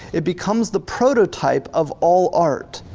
it becomes the prototype of all art.